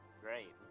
Great